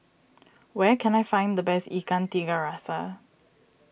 where can I find the best Ikan Tiga Rasa